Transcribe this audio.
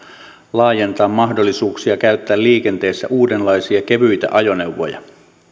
laajentaa mahdollisuuksia käyttää liikenteessä uudenlaisia kevyitä ajoneuvoja